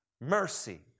Mercy